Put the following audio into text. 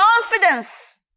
confidence